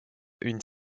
une